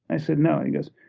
i said, no. he goes,